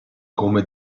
come